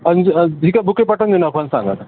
अंज ठीक आहे बुके पाठवून देऊ ना आपण चालेल चालेल